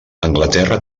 anglaterra